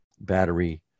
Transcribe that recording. battery